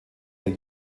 der